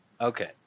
Okay